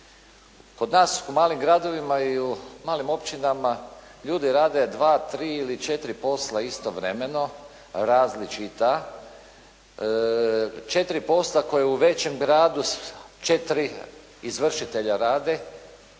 kod nas u malim gradovima i u malim općinama ljudi rade dva, tri ili četiri posla istovremeno različita. Četiri posla koja u većem gradu, četiri izvršitelja rada